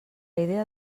idea